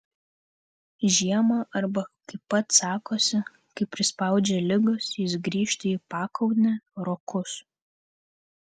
žiemą arba kaip pats sakosi kai prispaudžia ligos jis grįžta į pakaunę rokus